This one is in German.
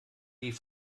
die